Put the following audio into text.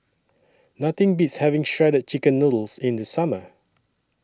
Nothing Beats having Shredded Chicken Noodles in The Summer